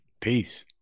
peace